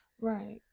right